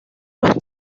los